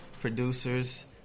producers